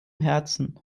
herzen